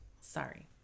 Sorry